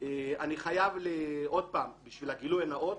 אני חייב, לשם הגלוי הנאות,